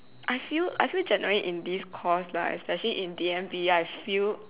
I feel I feel generally in this course lah especially in D_M_B I feel